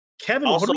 Kevin